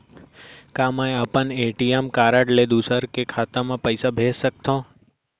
का मैं अपन ए.टी.एम कारड ले दूसर के खाता म पइसा भेज सकथव?